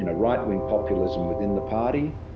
and right wing populism within the party.